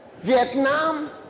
Vietnam